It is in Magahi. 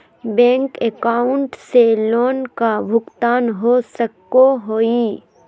बैंक अकाउंट से लोन का भुगतान हो सको हई?